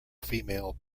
female